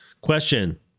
Question